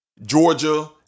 Georgia